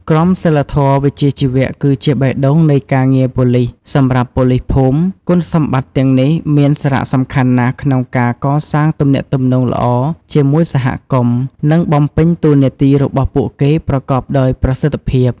ក្រមសីលធម៌វិជ្ជាជីវៈគឺជាបេះដូងនៃការងារប៉ូលីស សម្រាប់ប៉ូលីសភូមិ គុណសម្បត្តិទាំងនេះមានសារៈសំខាន់ណាស់ក្នុងការកសាងទំនាក់ទំនងល្អជាមួយសហគមន៍ និងបំពេញតួនាទីរបស់ពួកគេប្រកបដោយប្រសិទ្ធភាព។